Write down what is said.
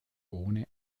ohne